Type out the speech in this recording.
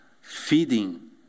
feeding